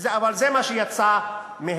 אבל זה מה שיצא מהם.